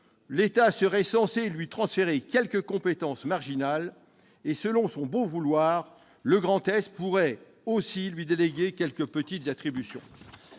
L'État serait censé lui transférer quelques compétences marginales. Selon son bon vouloir, la région Grand Est pourrait aussi lui déléguer quelques petites attributions.